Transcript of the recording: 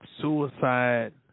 suicide